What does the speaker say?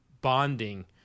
bonding